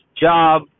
job